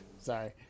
Sorry